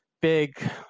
big